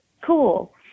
Cool